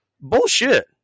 Bullshit